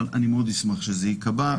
אבל אני מאוד אשמח שזה ייקבע,